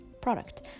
product